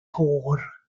hår